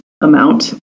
amount